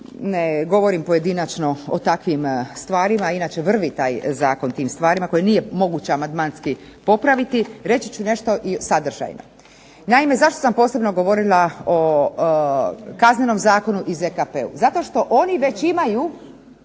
ne govorim pojedinačno o takvim stvarima, a inače vrvi taj zakon tim stvarima koje nije moguće amandmanski popraviti, reći ću nešto i o sadržajima. Naime, zašto sam posebno govorila o kaznenom zakonu i ZKP-u? Zato što oni već imaju